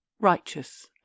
righteous